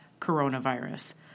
coronavirus